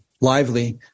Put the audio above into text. lively